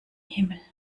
himmel